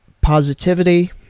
positivity